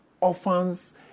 Orphans